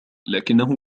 لكنه